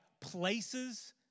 places